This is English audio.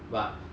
but